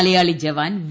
മലയാളി ജവാൻ വി